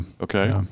Okay